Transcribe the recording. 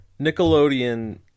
Nickelodeon